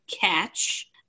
catch